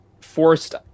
forced